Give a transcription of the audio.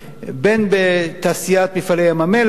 בין בתעשיית "מפעלי ים-המלח",